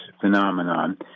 phenomenon